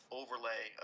overlay